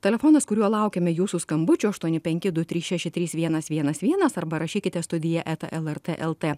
telefonas kuriuo laukiame jūsų skambučių aštuoni penki du trys šeši trys vienas vienas vienas arba rašykite studija eta lrt lt